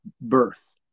birth